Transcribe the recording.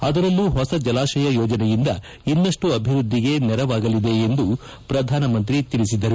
ಅದರಲ್ಲೂ ಹೊಸ ಜಲಾಶಯ ಯೋಜನೆಯಿಂದ ಇನ್ನಷ್ಟು ಅಭಿವೃದ್ದಿಗೆ ನೆರವಾಗಲಿದೆ ಎಂದು ಪ್ರಧಾನಮಂತ್ರಿ ತಿಳಿಸಿದರು